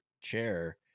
chair